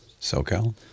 SoCal